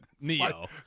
Neo